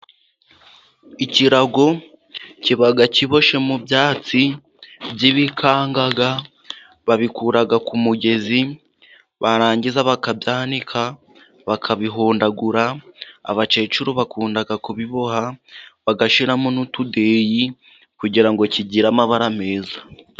Ikirago kiba kiboshye mu byatsi by'ibikangaga, babikura ku mugezi, barangiza bkabyanika, bakabihondagura, abakecuru bakunda kubiboha bagashyiramo n'utudeyi, kugira ngo kigire amabara meza.